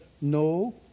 No